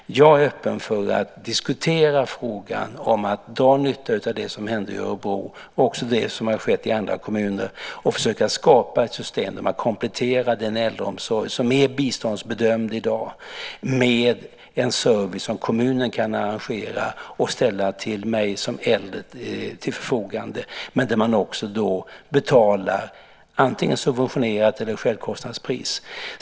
Jag är öppen för att diskutera frågan och dra nytta av det som hände i Örebro och det som har skett i andra kommuner. Det gäller att försöka skapa ett system där man kompletterar den äldreomsorg som är biståndsbedömd i dag med en service som kommunen kan arrangera och ställa till förfogande för mig som äldre där man också betalar ett subventionerat pris eller ett självkostnadspris.